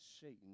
Satan